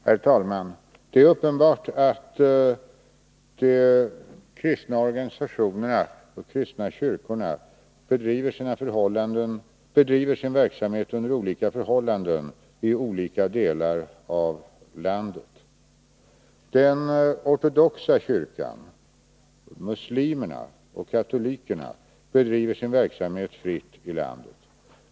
Herr talman! Det är uppenbart att de kristna kyrkorna bedriver sin «verksamhet under olika förhållanden i olika delar av landet. Den ortodoxa kyrkan, muslimerna och katolikerna bedriver sin verksamhet fritt i landet.